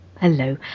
Hello